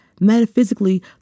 metaphysically